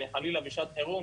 שחלילה בשעת חירום,